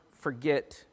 forget